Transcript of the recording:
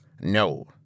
No